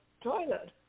toilet